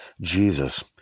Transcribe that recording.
Jesus